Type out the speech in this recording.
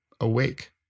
awake